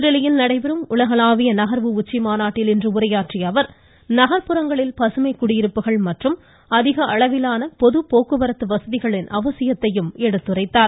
புதுதில்லியில் நடைபெறும் உலகளாவிய நகர்வு உச்சி மாநாட்டில் இன்று உரையாற்றிய அவர் நகர்ப்புறங்களில் பசுமை குடியிருப்புகள் மற்றும் அதிக அளவிலான பொது போக்குவரத்து வசதிகளின் அவசியத்தையும் எடுத்துரைத்தார்